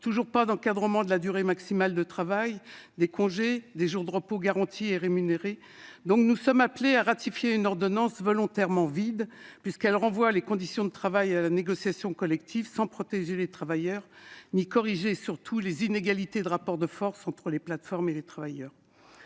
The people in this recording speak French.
toujours pas d'encadrement de la durée maximale de travail, toujours pas de congés ni de jours de repos garantis et rémunérés. Nous sommes donc appelés aujourd'hui à ratifier une ordonnance volontairement vide, puisqu'elle renvoie les conditions de travail à la négociation collective, sans protéger les travailleurs ni corriger, surtout, les inégalités de rapport de force entre les plateformes et les travailleurs.